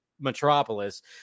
metropolis